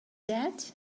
that